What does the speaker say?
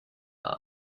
are